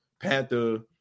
panther